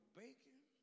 bacon